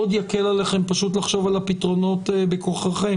זה מאוד יקל עליכם לחשוב על הפתרונות בכוחכם.